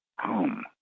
home